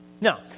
Now